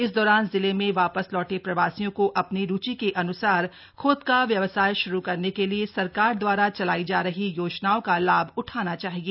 इस दौरान जिले में वापस लौटे प्रवासियों को अपनी रूचि के अनुसार खुद का व्यवसाय शुरू करने के लिए सरकार द्वारा चलायी जा रही योजनाओं का लाभ उठाना चाहिए